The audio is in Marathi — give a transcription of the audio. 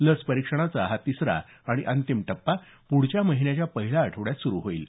लस परीक्षणाचा हा तिसरा आणि अंतिम टप्पा पुढच्या महिन्याच्या पहिल्या आठवड्यात सुरु होईल